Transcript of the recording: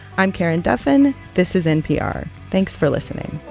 i'm karen duffin. this is npr. thanks for listening